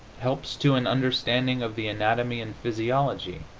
helps to an understanding of the anatomy and physiology,